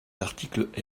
l’article